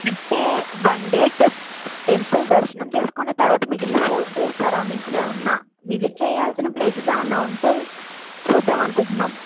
అంటే one day temp temple దర్శనం చేసుకుని తరువాత మిగిలిన ఫోర్ డేస్ సరౌండింగ్స్లో ఏమన్నా విజిట్ చెయ్యాల్సిన ప్లేసెస్ ఏమన్నా ఉంటే చూద్దామనుకుంటున్నాము